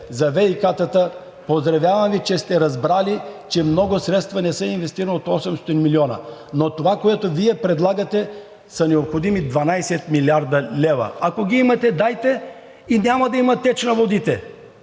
за ВиК-тата Ви поздравявам, че сте разбрали, че много от средствата не са инвестирани от осемстотинте милиона. За това, което Вие предлагате, са необходими 12 млрд. лв. Ако ги имате, дайте ги и няма да има теч на водите.